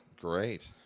Great